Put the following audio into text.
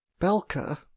Belka